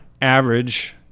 average